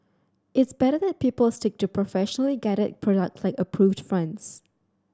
it's better that people stick to professionally guided product like approved friends